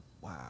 Wow